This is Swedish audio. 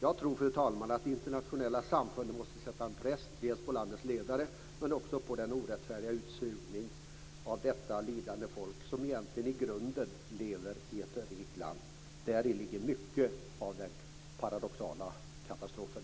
Jag tror, fru talman, att det internationella samfundet måste sätta press dels på landets ledare, dels på den orättfärdiga utsugning av detta lidande folk som egentligen i grunden lever i ett rikt land. Däri ligger mycket av det paradoxala i katastrofen.